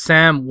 Sam